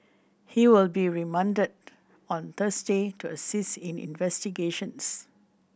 he will be remanded on Thursday to assist in investigations